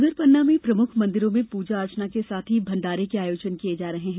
उधर पन्ना में प्रमुख मंदिरों में पूजा अर्चना के साथ ही भण्डारे के आयोजन किये जा रहे हैं